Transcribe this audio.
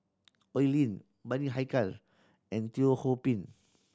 Oi Lin Bani Haykal and Teo Ho Pin